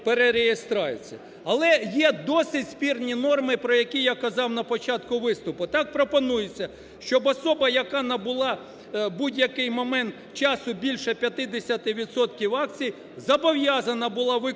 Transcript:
Але є досить спірні норми, про які я казав на початку виступу. Так пропонується, щоб особа, яка набула в будь-який момент часу більше 50 відсотків акцій, зобов'язана була викупити